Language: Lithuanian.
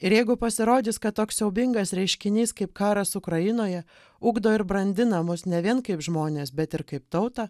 ir jeigu pasirodys kad toks siaubingas reiškinys kaip karas ukrainoje ugdo ir brandina mus ne vien kaip žmones bet ir kaip tautą